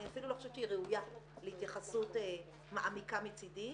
אני אפילו לא חושבת שהיא ראויה להתייחסות מעמיקה מצידי.